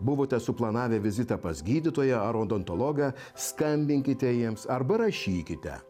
buvote suplanavę vizitą pas gydytoją ar odontologą skambinkite jiems arba rašykite